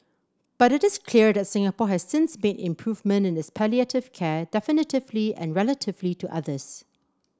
but it is clear that Singapore has since made improvement in its palliative care definitively and relatively to others